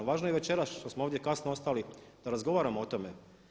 Važno je večeras što smo ovdje kasno ostali da razgovaramo o tome.